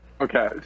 okay